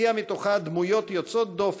הוציאה מתוכה דמויות יוצאות דופן,